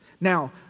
Now